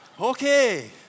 okay